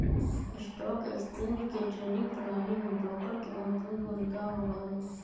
stock exchange के trading प्रणाली में ब्रोकर के महत्वपूर्ण भूमिका होबा हई